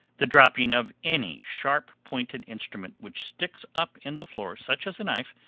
the dropping of any sharp-pointed instrument which sticks up in the floor, such as a knife,